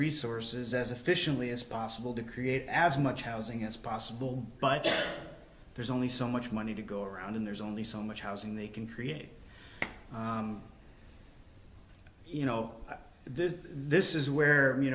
resources as efficiently as possible to create as much housing as possible but there's only so much money to go around and there's only so much housing they can create you know this this is where you